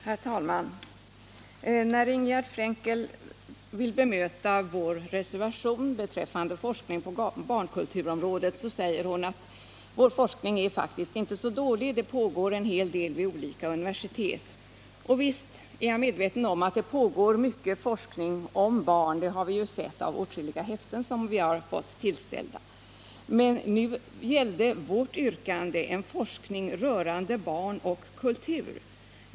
Herr talman! När Ingegärd Frenkel vill bemöta vår reservation beträffande forskning på barnkulturområdet säger hon att vår forskning faktiskt inte är så dålig, det pågår en hel del vid olika universitet. Visst är jag medveten om att det pågår mycket forskning om barn. Det har vi ju sett av åtskilliga häften som vi har fått oss tillställda. "Mennu gäller vårt yrkande forskning rörande barn och kultur.